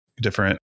different